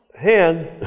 hand